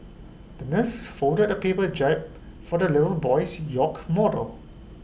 the nurse folded A paper jab for the little boy's york model